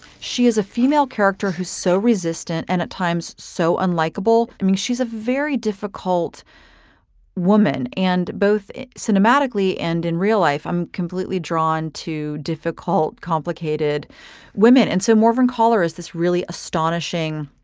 she is a female character who's so resistant and at times so unlikable. i mean, she's a very difficult woman and both cinematically and in real life. i'm completely drawn to difficult, complicated women and so morvan caller, is this really astonishing,